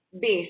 base